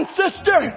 sister